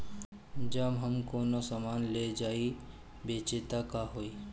जब हम कौनो सामान ले जाई बेचे त का होही?